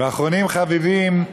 ואחרונים חביבים,